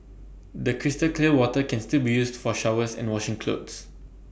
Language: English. the crystal clear water can still be used for showers and washing clothes